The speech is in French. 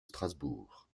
strasbourg